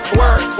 work